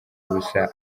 ubusa